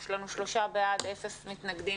יש לי כרגע שתי בקשות להתייחסות.